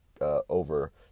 over